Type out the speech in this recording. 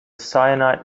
cyanide